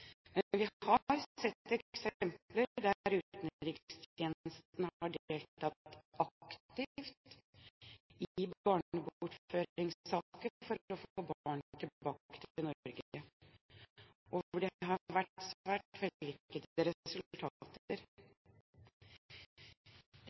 vi har sett eksempler der utenrikstjenesten har deltatt aktivt i barnebortføringssaker for å få barn tilbake til Norge, og der det har vært svært